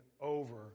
over